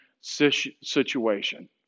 situation